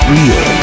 Real